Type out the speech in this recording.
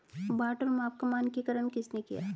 बाट और माप का मानकीकरण किसने किया?